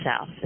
South